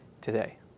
today